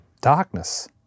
darkness